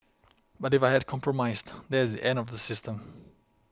but if I had compromised that is the end of the system